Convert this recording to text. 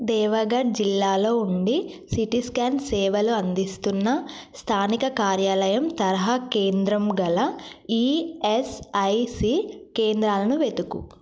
దేవాగఢ్ జిల్లాలో ఉండి CT scan సేవలు అందిస్తున్న స్థానిక కార్యాలయం తరహా కేంద్రం గల ఈఎస్ఐసి కేంద్రాలను వెతుకు